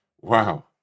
wow